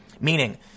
meaning